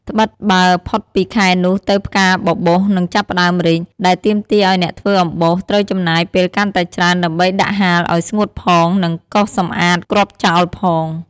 ត្បិតបើផុតពីខែនោះទៅផ្កាបបោសនឹងចាប់ផ្តើមរីក ដែលទាមទារអោយអ្នកធ្វើអំបោសត្រូវចំណាយពេលកាន់តែច្រើនដើម្បីដាក់ហាលអោយស្ងួតផង និងកោសសម្អាតគ្រាប់ចោលផង។